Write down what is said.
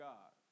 God